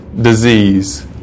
disease